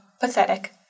pathetic